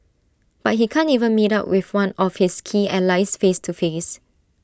but he can't even meet up with one of his key allies face to face